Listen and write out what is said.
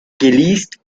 geleast